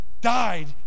died